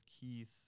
Keith